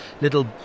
little